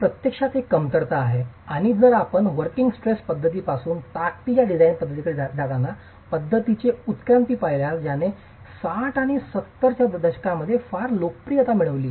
ही प्रत्यक्षात एक कमतरता आहे आणि जर आपण वोर्किंग स्ट्रेस पद्धतीपासून ताकदीच्या डिझाइन पद्धतीकडे जाताना पद्धतींचे उत्क्रांती पाहिल्यास ज्याने 60 आणि 70 च्या दशकात लोकप्रियता मिळविली